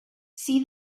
see